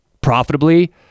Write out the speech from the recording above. profitably